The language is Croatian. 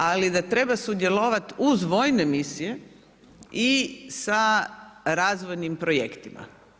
Ali, da treba sudjelovati uz vojne misije i sa razvojnim projektima.